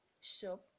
shop